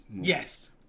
yes